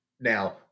Now